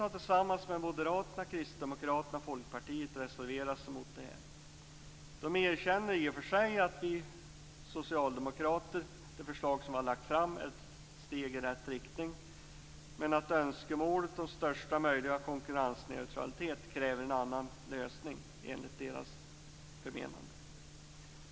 Kristdemokraterna och Folkpartiet reserverat sig mot detta. De erkänner i och för sig att det förslag som vi socialdemokrater har lagt fram är ett steg i rätt riktning, men de menar att önskemålet om största möjliga konkurrensneutralitet kräver en annan lösning.